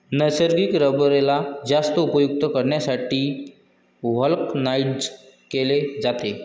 नैसर्गिक रबरेला जास्त उपयुक्त करण्यासाठी व्हल्कनाइज्ड केले जाते